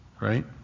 right